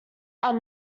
are